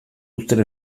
uzten